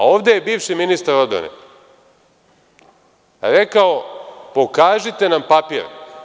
Ovde je bivši ministar odbrane rekao – pokažite nam papir.